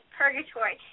purgatory